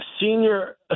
senior